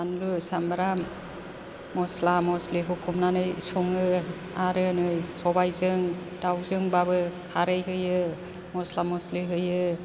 बानलु सामब्राम मस्ला मस्लि होफबनानै सङो आरो नै सबायजों दाउजोंब्लाबो खारै होयो मस्ला मस्लि होयो